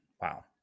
Wow